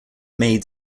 made